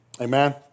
Amen